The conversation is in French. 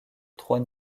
trois